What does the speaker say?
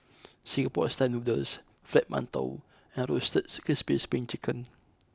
Singapore Style Noodles Fried Manton and Roasted Crispy Spring Chicken